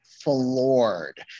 floored